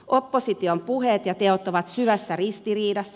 opposition puheet ja teot ovat syvässä ristiriidassa